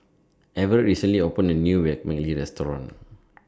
Everet recently opened A New Vermicelli Restaurant